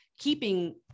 keeping